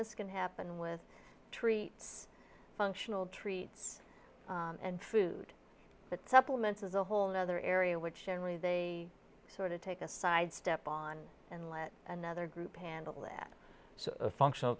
this can happen with treats functional treats and food but supplements is a whole another area which generally they sort of take a side step on and let another group handle that so functional